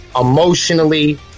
emotionally